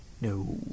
no